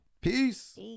peace